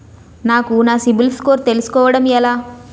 నాకు నా CIBIL score తెలుసుకోవడం ఎలా?